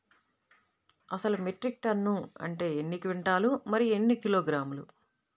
అసలు metric tonne అంటే ఎన్ని క్వింటాలు మరియు ఎన్ని కిలోగ్రాములు?